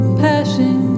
passion